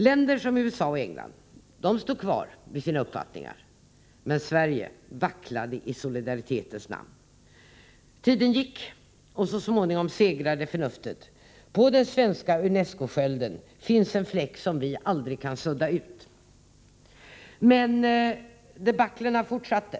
Länder som USA och England stod kvar vid sina uppfattningar, medan Sverige vacklade i solidaritetens namn. Tiden gick, och så småningom segrade förnuftet. På den svenska UNES 'CO-skölden finns en fläck som vi aldrig kan sudda ut. Men debatten fortsatte.